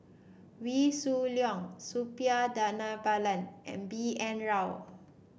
Wee Shoo Leong Suppiah Dhanabalan and B N Rao